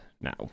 now